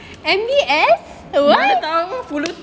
mana tahu